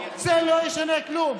זה לא ישנה כלום,